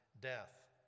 death